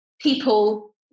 people